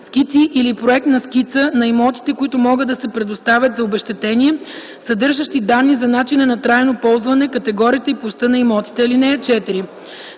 скици или проект на скица на имотите, които могат да се предоставят за обезщетение, съдържащи данни за начина на трайно ползване, категорията и площта на имотите. (4)